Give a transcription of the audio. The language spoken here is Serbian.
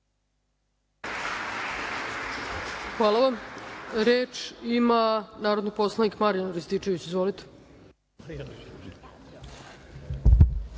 Hvala vam. Reč ima narodni poslanik Marijan Rističević. Izvolite.